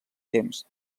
temps